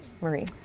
Marie